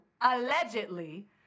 allegedly